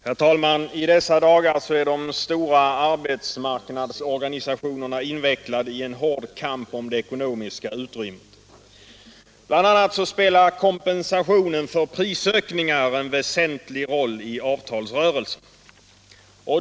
Herr talman! I dessa dagar är de stora arbetsmarknadsorganisationerna invecklade i en hård kamp om det ekonomiska utrymmet. Bl. a. spelar kompensationer för prisökningar en väsentlig roll i avtalsrörelsen.